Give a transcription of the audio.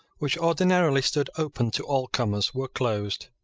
which ordinarily stood open to all comers, were closed.